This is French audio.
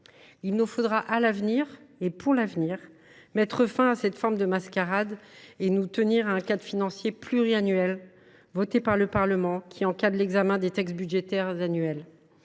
Il nous faudra, à l’avenir, mettre fin à cette forme de mascarade et nous en tenir à un cadre financier pluriannuel, voté par le Parlement, qui contraint l’examen des textes budgétaires annuels,